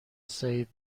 سعید